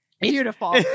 Beautiful